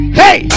hey